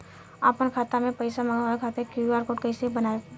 आपन खाता मे पईसा मँगवावे खातिर क्यू.आर कोड कईसे बनाएम?